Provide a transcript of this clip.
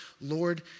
Lord